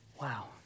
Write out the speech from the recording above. Wow